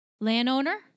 Landowner